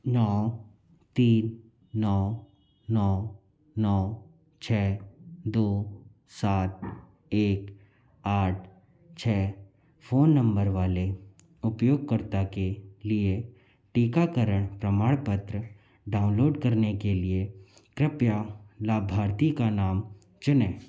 नौ तीन नौ नौ नौ छ दो सात एक आठ छ फोन नंबर वाले उपयोगकर्ता के लिए टीकाकरण प्रमाण पत्र डाउनलोड करने के लिए कृपया लाभार्थी का नाम चुनें